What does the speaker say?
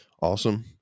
awesome